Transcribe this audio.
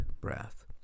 breath